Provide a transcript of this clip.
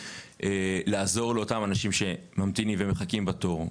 לעזור לאותם אנשים שממתינים ומחכים בתור,